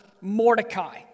Mordecai